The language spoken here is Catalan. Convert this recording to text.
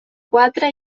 quatre